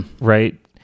right